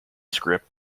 script